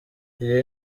iri